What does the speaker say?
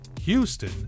Houston